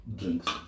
drinks